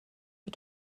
for